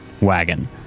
wagon